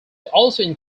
also